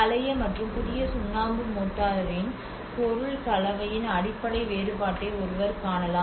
பழைய மற்றும் புதிய சுண்ணாம்பு மோர்டாரின் பொருள் கலவையின் அடிப்படை வேறுபாட்டை ஒருவர் காணலாம்